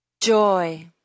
Joy